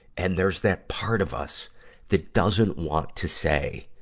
and there's that part of us that doesn't want to say,